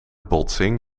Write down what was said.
botsing